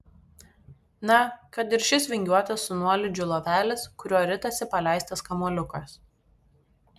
na kad ir šis vingiuotas su nuolydžiu lovelis kuriuo ritasi paleistas kamuoliukas